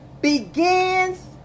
Begins